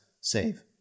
save